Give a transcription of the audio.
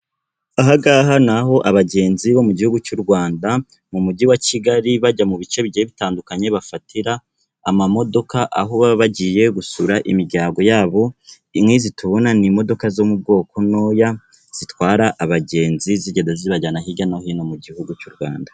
Aha ngaha ni aho abagenzi bo mu gihugu cy'u Rwanda mu Mujyi wa Kigali bajya mu bice bigiye bitandukanye, bafatira amamodoka aho baba bagiye gusura imiryango yabo, nk'izi tubona ni imodoka zo mu bwoko ntoya zitwara abagenzi zigenda zibajyana hirya no hino mu gihugu cy'u Rwanda.